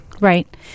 Right